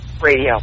radio